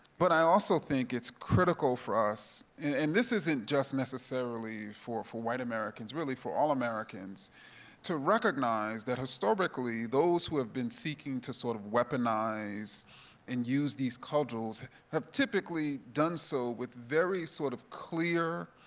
but i also think it's critical for us, and this isn't just necessarily for for white americans, really for all americans to recognize that historically those who have been seeking to sort of weaponize and use these cudgels have typically done so with very sort of clear,